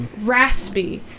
raspy